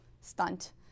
stunt